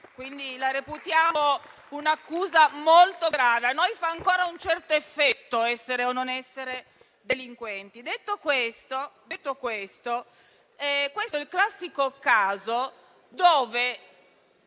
la reputiamo un'accusa molto grave. A noi fa ancora un certo effetto essere o non essere delinquenti. Detto questo, questo è il classico caso in